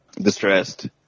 distressed